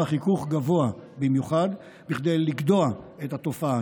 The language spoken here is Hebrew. החיכוך גבוה במיוחד כדי לגדוע את התופעה.